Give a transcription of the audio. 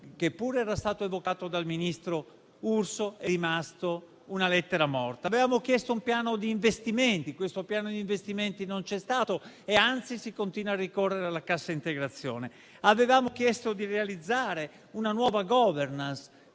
che pure era stato evocato dal ministro Urso, è rimasto lettera morta. Avevamo chiesto un piano di investimenti che però non c'è stato, anzi si continua a ricorrere alla cassa integrazione. Avevamo chiesto di realizzare una nuova *governance,*